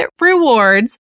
rewards